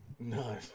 No